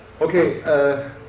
Okay